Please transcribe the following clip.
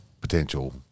potential